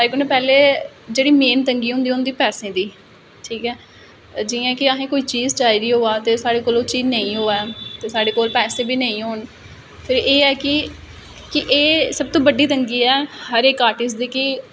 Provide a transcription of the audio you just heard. सारें कोला पैहलें जेह्ड़ी मेन तंगी होंदी ही पैहलें पैसे दी ठीक ऐ जियां कि असें गी कोई चीज चाहि दी होवे ते साढ़े कोल ओह् चीज नेईं होवे ते साढ़े कोल पैसे बी नेईं होन फिर एह् है कि एह् सू तू ब़ी तंगी ऐ हर इक आर्ट्रिस्ट दी के